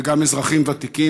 וגם אזרחים ותיקים,